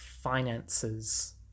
finances